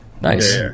nice